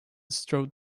strode